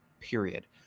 period